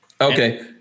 Okay